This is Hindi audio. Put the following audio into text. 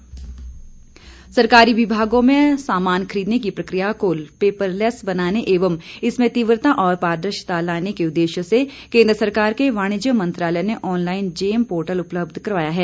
पोर्टल सरकारी विभागों में सामान खरीदने की प्रकिया को पेपर लैस बनाने एवं इसमें तीव्रता और पारदर्शिता लाने के उददेश्य से केंद्र सरकार के वाणिज्य मंत्रालय ने ऑनलाईन जेम पोर्टल उपलब्ध करवाया है